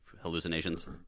hallucinations